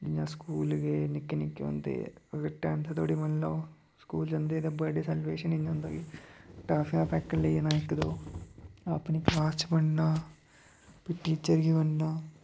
जियां स्कूल गे निक्के निक्के होंदे हे अगर टैन्थ धोड़ी मन्नी लैओ स्कूल जंदे हे ते बर्थडे सैलीव्रेशन इ'यां होंदा कि टॉफियां दा पैकट लेई जाना इक दो अपनी क्लास च बंडना फ्ही टीचर गी बंडना